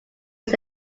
its